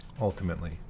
ultimately